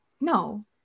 no